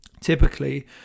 typically